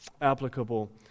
applicable